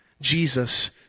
Jesus